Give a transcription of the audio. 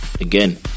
Again